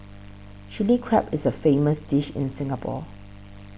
Chilli Crab is a famous dish in Singapore